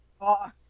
Awesome